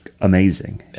amazing